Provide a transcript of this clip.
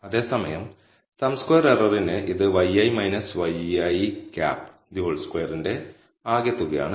അതേസമയം സം സ്ക്വയർ എററിന് ഇത് yi ŷi2 ന്റെ ആകെത്തുകയാണ്